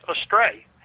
astray